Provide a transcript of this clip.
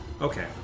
Okay